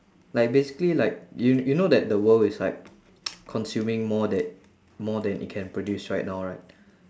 like basically like you you know that the world is like consuming more tha~ more than it can produce right now right